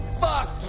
Fuck